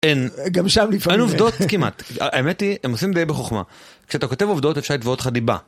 גם שם לפעמים. היינו עובדות כמעט. האמת היא, הם עושים די בחוכמה. כשאתה כותב עובדות אפשר לתבוע אותך דיבה.